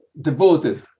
devoted